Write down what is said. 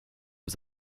was